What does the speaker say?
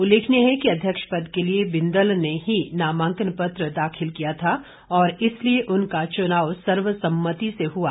उल्लेखनीय है कि अध्यक्ष पद के लिए बिंदल ने ही नामांकन पत्र दाखिल किया था और इसलिए उनका चुनाव सर्वसम्मति से हुआ